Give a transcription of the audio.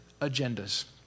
agendas